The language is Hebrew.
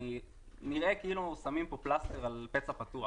נראה כאילו שמים פה פלסטר על פצע פתוח.